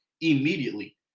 immediately